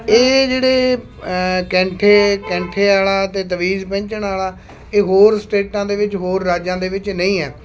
ਇਹ ਜਿਹੜੇ ਕੈਂਠੇ ਕੈਂਠੇ ਵਾਲਾ ਅਤੇ ਤਵੀਜ਼ ਪਹਿਨਣ ਵਾਲਾ ਇਹ ਹੋਰ ਸਟੇਟਾਂ ਦੇ ਵਿੱਚ ਹੋਰ ਰਾਜਾਂ ਦੇ ਵਿੱਚ ਨਹੀਂ ਹੈ